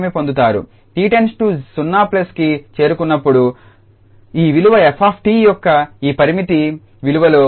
𝑡 → 0కి చేరుకున్నప్పుడు ఈ విలువ f𝑡 యొక్క ఈ పరిమితి విలువలో 1𝑎